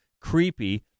creepy